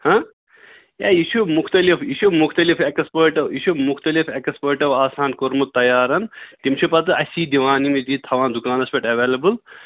ہاں یا یہِ چھُ مُختلِف یہِ چھُ مُختلِف اٮ۪کٕسپٲٹ یہِ چھُ مُختلِف اٮ۪کٕسپٲٹو آسان کوٚرمُت تَیارَن تِم چھِ پَتہٕ اَسی دِوان یِم ییٚتی تھاوان دُکان پٮ۪ٹھ ایولیبل